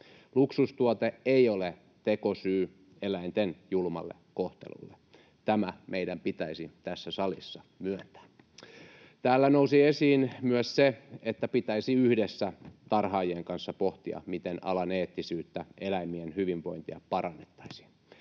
Luksustuote ei ole tekosyy eläinten julmalle kohtelulle — tämä meidän pitäisi tässä salissa myöntää. Täällä nousi esiin myös se, että pitäisi yhdessä tarhaajien kanssa pohtia, miten alan eettisyyttä, eläimien hyvinvointia parannettaisiin.